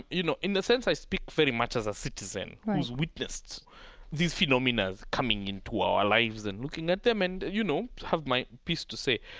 you know in a sense i speak very much as a citizen, right, who's witnessed this phenomena coming into our lives and looking at them and, you know, have my piece to say.